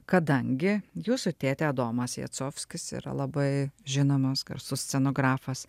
kadangi jūsų tėtė adomas jacovskis yra labai žinomas garsus scenografas